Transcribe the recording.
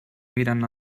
miren